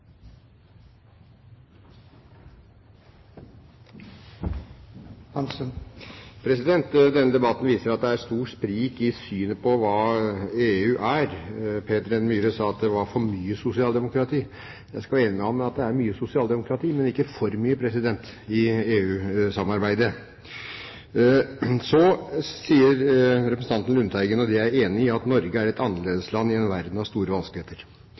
stor sprik i synet på hva EU er. Peter N. Myhre sa at det var «for mye sosialdemokrati». Jeg skal være enig med ham i at det er mye sosialdemokrati – men ikke for mye – i EU-samarbeidet. Så sier representanten Lundteigen – og det er jeg enig i – at Norge er et «annerledesland i en verden med store vanskeligheter».